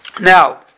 now